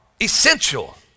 essential